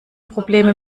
probleme